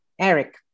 Eric